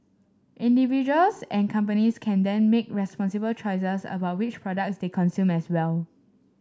individuals and companies can then make responsible choices about which products they consume as well